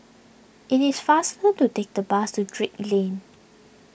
it is faster to take the bus to Drake Lane